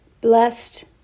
blessed